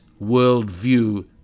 worldview